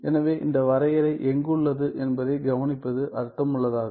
எனவே இந்த வரையறை எங்குள்ளது என்பதைக் கவனிப்பது அர்த்தமுள்ளதாகும்